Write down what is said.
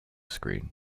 screen